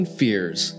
fears